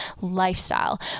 lifestyle